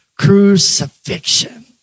crucifixion